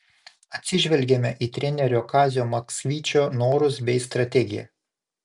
atsižvelgėme į trenerio kazio maksvyčio norus bei strategiją